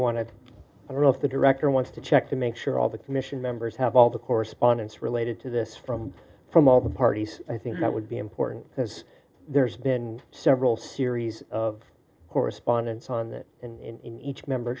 want to i don't know if the director wants to check to make sure all the commission members have all the correspondence related to this from from all the parties i think that would be important because there's been several series of correspondence on that in each member